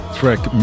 track